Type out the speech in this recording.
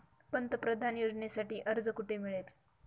पंतप्रधान योजनेसाठी अर्ज कुठे मिळेल?